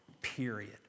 Period